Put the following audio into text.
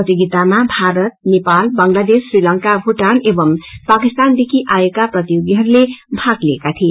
प्रतियोगितामा भारत नेपाल बंगलादेश श्रीलंका भूटान एवंम् पाकिस्तानदेखि आएका प्रतियोगीहरूले भाग लिएका थिए